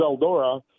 Eldora